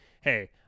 hey